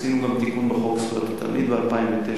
עשינו גם תיקון בחוק זכויות התלמיד ב-2009,